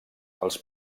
els